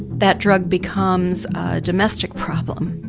that drug becomes a domestic problem.